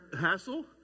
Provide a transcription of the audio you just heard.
hassle